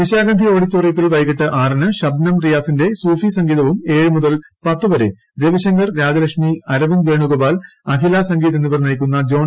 നിശാഗന്ധി ഓഡിറ്റോറിയത്തിൽ വൈകിട്ട് ആറിന് ഷബ്നം റിയാസിന്റെ സൂഫി് സംഗീതവും ഏഴുമുതൽ പത്തുവരെ രവിശങ്കർ രാജലക്ഷ്മി അരവിന്ദ് വേണുഗോപാൽ അഖില സംഗീത് എന്നിവർ നയിക്കുന്ന ജോൺസൺ ഗാനാഞ്ജലിയും നടക്കും